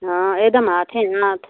हाँ एक दम हाथों हाथ